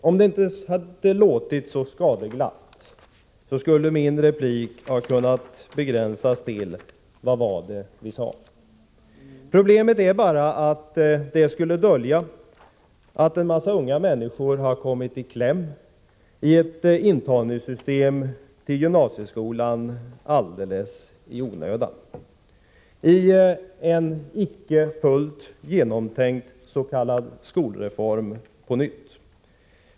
Om det inte hade låtit så skadeglatt, skulle min replik ha kunnat begränsas till: ”Vad var det vi sade!” Problemet är bara att det skulle dölja att en massa unga människor har kommit i kläm i ett intagningssystem när det gäller gymnasieskolan — alldeles i onödan, i en icke fullt genomtänkt s.k. skolreform på nytt.